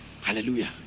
Hallelujah